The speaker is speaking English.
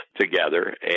together